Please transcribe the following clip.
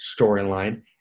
storyline